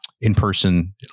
in-person